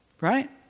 right